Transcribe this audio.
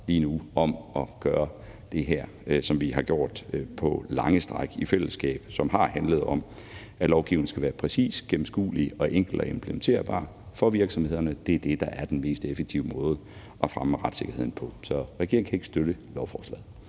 lige nu om at gøre det her, som vi har gjort på lange stræk i fællesskab, og som har handlet om, at lovgivning skal være præcis, gennemskuelig og implementerbar for virksomhederne. Det er det, der er den mest effektive måde at fremme retssikkerheden på. Så regeringen kan ikke støtte beslutningsforslaget.